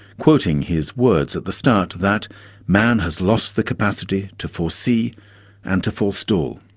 quoting his words at the start, that man has lost the capacity to foresee and to forestall.